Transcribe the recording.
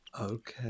okay